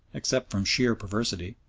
except from sheer perversity.